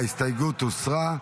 ההסתייגות הוסרה.